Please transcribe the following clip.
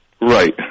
right